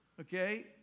okay